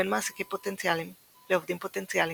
בין מעסיקים פוטנציאלים לעובדים פוטנציאלים,